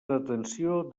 detenció